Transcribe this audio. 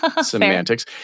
semantics